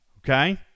okay